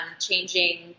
changing